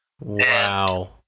wow